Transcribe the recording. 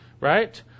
right